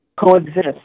coexist